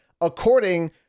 according